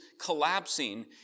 collapsing